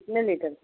कितने लीटर